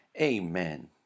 amen